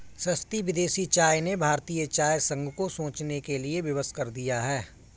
सस्ती विदेशी चाय ने भारतीय चाय संघ को सोचने के लिए विवश कर दिया है